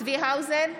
צבי האוזר,